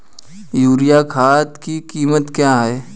Urea खाद की कीमत क्या है?